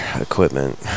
equipment